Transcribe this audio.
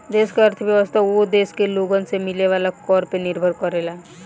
देश के अर्थव्यवस्था ओ देश के लोगन से मिले वाला कर पे निर्भर करेला